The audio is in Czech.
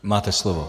Máte slovo.